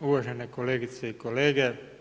Uvažene kolegice i kolege.